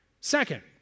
Second